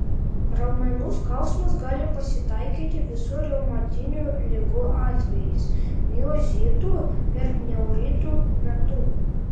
raumenų skausmas gali pasitaikyti visų reumatinių ligų atvejais miozitų ir neuritų metu